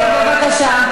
בבקשה.